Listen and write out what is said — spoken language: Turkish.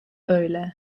öyle